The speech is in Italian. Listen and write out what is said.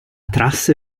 trasse